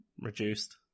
reduced